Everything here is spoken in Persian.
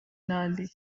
لالی